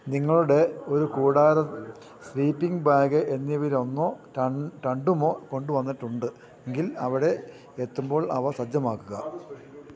നിങ്ങളുടെ ഒരു കൂടാരം സ്ലീപ്പിംഗ് ബാഗ് എന്നിവയിലൊന്നോ രണ്ടുമോ കൊണ്ടുവന്നിട്ടുണ്ടെങ്കിൽ അവിടെയെത്തുമ്പോൾ അവ സജ്ജമാക്കുക